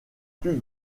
plus